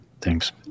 thanks